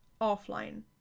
offline